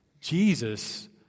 Jesus